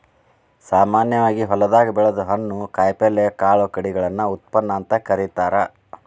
ಸಾಮಾನ್ಯವಾಗಿ ಹೊಲದಾಗ ಬೆಳದ ಹಣ್ಣು, ಕಾಯಪಲ್ಯ, ಕಾಳು ಕಡಿಗಳನ್ನ ಉತ್ಪನ್ನ ಅಂತ ಕರೇತಾರ